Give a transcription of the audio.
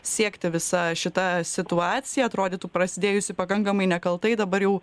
siekti visa šita situacija atrodytų prasidėjusi pakankamai nekaltai dabar jau